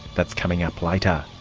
that's coming up later.